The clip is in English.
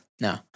No